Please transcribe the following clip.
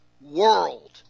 world